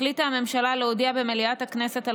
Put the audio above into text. החליטה הממשלה להודיע במליאת הכנסת על